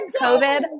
COVID